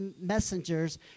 messengers